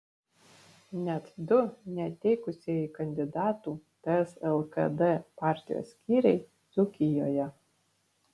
net du neteikusieji kandidatų ts lkd partijos skyriai dzūkijoje